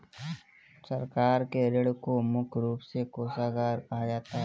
सरकार के ऋण को मुख्य रूप से कोषागार कहा जाता है